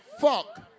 Fuck